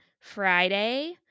Friday